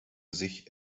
sich